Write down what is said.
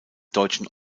deutschen